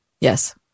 Yes